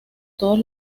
todos